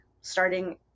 starting